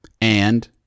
And-